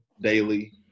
daily